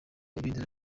ibendera